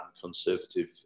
Conservative